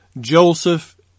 Joseph